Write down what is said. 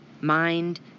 mind